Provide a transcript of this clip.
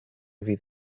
fydd